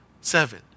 Seven